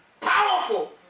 powerful